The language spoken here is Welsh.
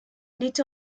nid